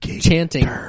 chanting